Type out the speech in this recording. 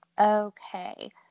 Okay